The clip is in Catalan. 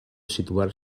situar